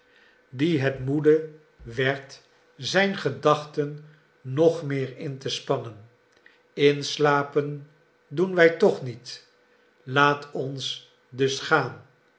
die het moede werd zijn gedachten nog meer in te spannen inslapen doen wij toch niet laat ons dus gaan